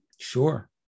Sure